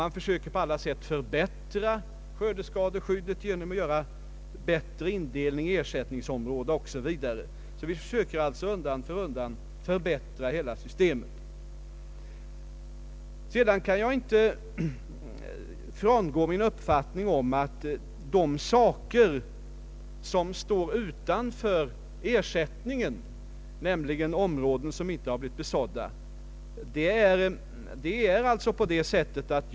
Man försöker på alla sätt förbättra skördeskadeskyddet genom att göra en bättre indelning i ersättningsområden o. s. v. Vi försöker alltså undan för undan förbättra hela systemet. Jag kan inte frångå min uppfattning beträffande de områden som inte har blivit besådda och där ersättning inte lämnas.